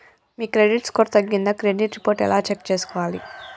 మీ credit score తగ్గిందా credit report ఎలా చెక్ చేసుకోవాలి?